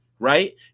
Right